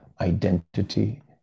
identity